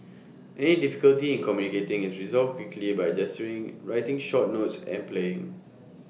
any difficulty in communicating is resolved quickly by gesturing writing short notes and playing